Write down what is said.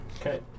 Okay